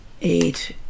eight